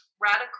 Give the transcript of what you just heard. radical